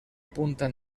punta